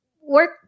work